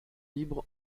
libre